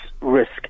risk